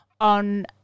on